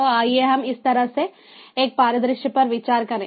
तो आइए हम इस तरह से एक परिदृश्य पर विचार करें